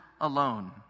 alone